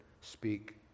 speak